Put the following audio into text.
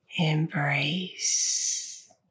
embrace